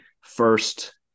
first